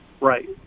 Right